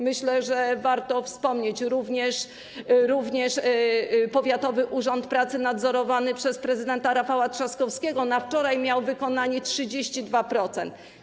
Myślę, że warto wspomnieć, że również powiatowy urząd pracy nadzorowany przez prezydenta Rafała Trzaskowskiego na wczoraj miał wykonanie 32%.